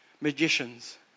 magicians